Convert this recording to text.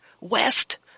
west